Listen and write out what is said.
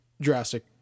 Jurassic